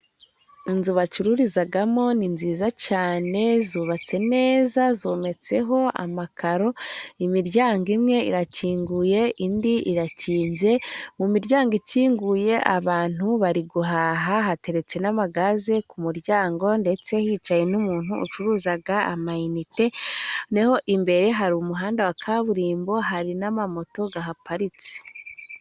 Inzu bacururizamo ni nziza cyane zubatse neza ,zometseho amakaro imiryango imwe irakinguye indi irakinze ,mu miryango ikinguye abantu bari guhaha hateretse n'amagaze ku muryango ndetse hicaye n'umuntu ucuruza amayinite, na ho imbere hari umuhanda wa kaburimbo hari n'amamoto ahaparitse.